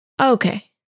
Okay